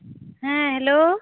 ᱦᱮᱸ ᱦᱮᱞᱳ